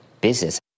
business